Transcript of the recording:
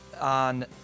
on